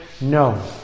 No